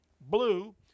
blue